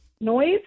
noise